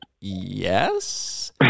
yes